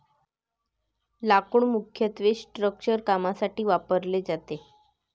लाकूड मुख्यत्वे स्ट्रक्चरल कामांसाठी वापरले जाते